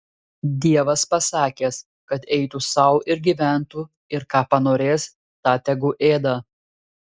dievas pasakęs kad eitų sau ir gyventų ir ką panorės tą tegu ėda